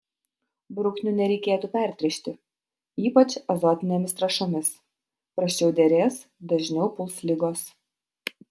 bruknių nereikėtų pertręšti ypač azotinėmis trąšomis prasčiau derės dažniau puls ligos